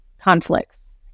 conflicts